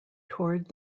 toward